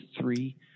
three